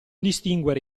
distinguere